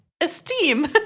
Esteem